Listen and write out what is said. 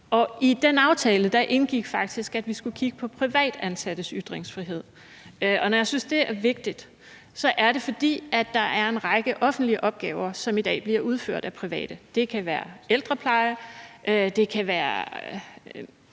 i den aftale indgik faktisk, at vi skulle kigge på privatansattes ytringsfrihed. Når jeg synes, det er vigtigt, er det, fordi der er en række offentlige opgaver, som i dag bliver udført af private. Det kan være ældrepleje; det kan være